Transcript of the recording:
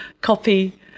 copy